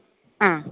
ആ